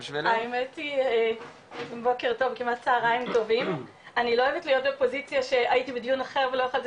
האמת היא שאני לא אוהבת להיות בפוזיציה שהייתי בדיון אחר ולא יכולתי,